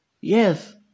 Yes